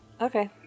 Okay